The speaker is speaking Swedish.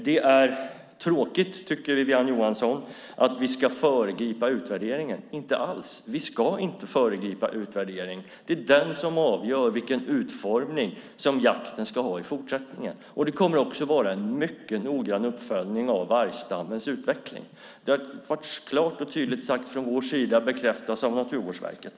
Det är tråkigt, tycker Wiwi-Anne Johansson, att vi ska föregripa utvärderingen. Men vi ska inte alls föregripa utvärderingen. Det är den som avgör vilken utformning jakten ska ha i fortsättningen, och det kommer också att vara en mycket noggrann uppföljning av vargstammens utveckling. Det har varit klart och tydligt sagt från vår sida och bekräftas av Naturvårdsverket.